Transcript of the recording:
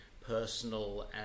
personal